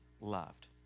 loved